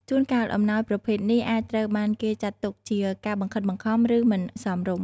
ជួនកាល អំណោយប្រភេទនេះអាចត្រូវបានគេចាត់ទុកជាការបង្ខិតបង្ខំ ឬមិនសមរម្យ។